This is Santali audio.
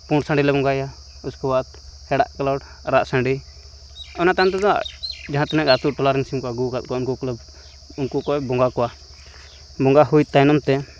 ᱯᱩᱸᱰ ᱥᱟᱺᱰᱤᱞᱮ ᱵᱚᱸᱜᱟᱭᱮᱭᱟ ᱩᱥᱠᱮ ᱵᱟᱫᱽ ᱦᱮᱲᱟᱜ ᱠᱟᱞᱚᱴ ᱟᱨᱟᱜ ᱥᱟᱺᱰᱤ ᱚᱱᱟ ᱛᱟᱭᱚᱢᱛᱮᱫᱚ ᱡᱟᱦᱟᱸ ᱛᱤᱱᱟᱹᱜ ᱜᱮ ᱟᱛᱳᱼᱴᱚᱞᱟᱨᱮᱱ ᱥᱤᱢᱠᱚ ᱟᱹᱜᱩᱣᱟᱠᱟᱫ ᱠᱚᱣᱟ ᱩᱱᱠᱚᱠᱚᱞᱮ ᱩᱱᱠᱚᱠᱚᱭ ᱵᱚᱸᱜᱟ ᱠᱚᱣᱟ ᱵᱚᱸᱜᱟ ᱦᱩᱭ ᱛᱟᱭᱱᱚᱢᱛᱮ